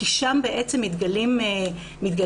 כי שם בעצם מתגלים הסודות,